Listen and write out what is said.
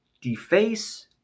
deface